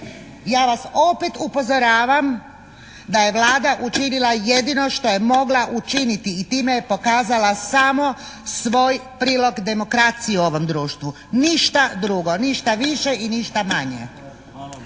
Ja vas opet upozoravam da je Vlada učinila jedino što je mogla učiniti i time je pokazala samo svoj prilog demokraciji u ovom društvu, ništa drugo, ništa više i ništa manje.